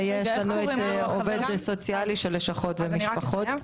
ויש לנו עובד סוציאלי של לשכות ומשפחות.